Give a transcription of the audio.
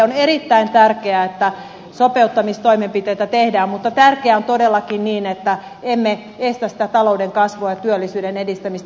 on erittäin tärkeää että sopeuttamistoimenpiteitä tehdään mutta tärkeää on todellakin että emme estä sitä talouden kasvua ja työllisyyden edistämistä